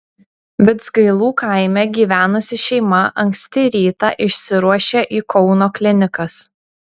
vidzgailų kaime gyvenusi šeima anksti rytą išsiruošė į kauno klinikas